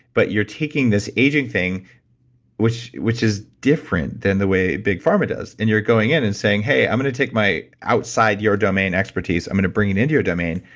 but you're taking this aging thing which which is different than the way big pharma does, and you're going in and saying, hey, i'm going to take my outside your domain expertise, i'm going to bring it into your domain.